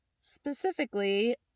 Specifically